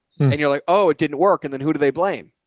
you're like, oh, it didn't work. and then who do they blame